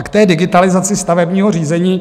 A k digitalizaci stavebního řízení.